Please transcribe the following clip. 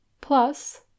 plus